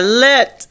let